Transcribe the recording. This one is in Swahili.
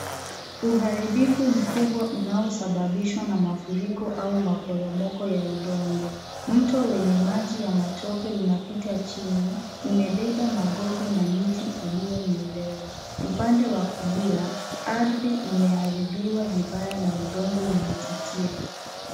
Uharibifu mkubwa unosababishwa na mafuriko au maporomoko ya udongo. Mto wenye maji ya matope unapita chini. Umebeba magogo na miti iliyong'olewa. Upande wa kulia, ardhi imeharibiwa vibaya na udongo umetitia .